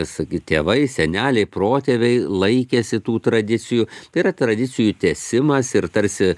sakyt tėvai seneliai protėviai laikėsi tų tradicijų tai yra tradicijų tęsimas ir tarsi